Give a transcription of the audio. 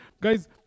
guys